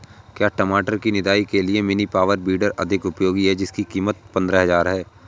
क्या टमाटर की निदाई के लिए मिनी पावर वीडर अधिक उपयोगी है जिसकी कीमत पंद्रह हजार है?